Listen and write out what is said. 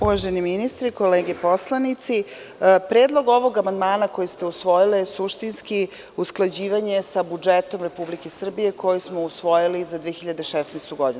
Uvaženi ministre, kolege poslanici, predlog ovog amandmana koji ste usvojili je suštinsko usklađivanje sa budžetom Republike Srbije, koji smo usvojili za 2016. godinu.